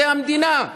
זה המדינה.